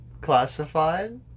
Classified